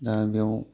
दा बेयाव